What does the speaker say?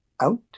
out